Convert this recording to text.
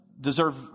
deserve